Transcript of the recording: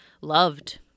loved